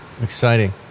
exciting